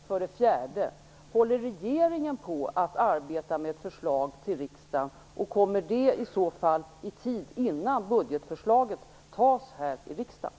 För det fjärde: Håller regeringen på att arbeta med ett förslag till riksdagen, och kommer det i så fall i tid innan budgetförslaget antas här i riksdagen?